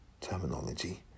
terminology